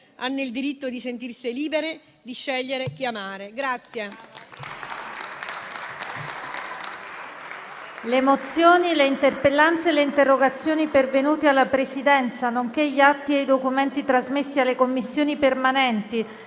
hanno il diritto di sentirsi libere di scegliere chi amare.